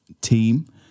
team